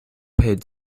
paid